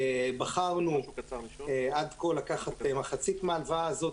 בחרנו עד כה לקחת מחצית מההלוואה הזאת,